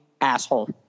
asshole